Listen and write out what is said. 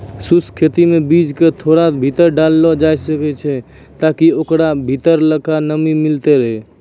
शुष्क खेती मे बीज क थोड़ा भीतर डाललो जाय छै ताकि ओकरा भीतरलका नमी मिलतै रहे